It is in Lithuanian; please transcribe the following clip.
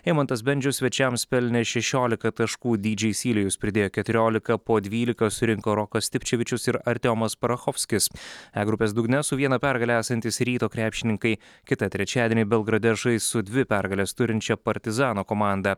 eimantas bendžius svečiams pelnė šešiolika taškų dy džei sylijus pridėjo keturiolika po dvylika surinko rokas stipčevičius ir artiomas parachovskis e grupės dugne su viena pergale esantys ryto krepšininkai kitą trečiadienį belgrade žais su dvi pergales turinčia partizano komanda